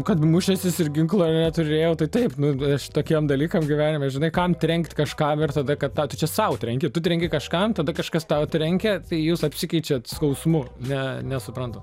kad mūšęsis ir ginklo neturėjau tai taip nu aš tokiem dalykam gyvenime žinai kam trenkt kažkam ir tada kad tau tu čia sau trenki tu trenki kažkam tada kažkas tau trenkia tai jūs apsikeičiat skausmu ne nesuprantu